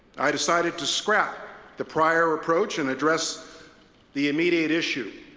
i decided to scrap the prior approach and address the immediate issue,